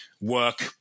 work